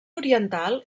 oriental